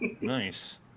Nice